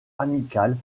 amicales